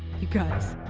you guys,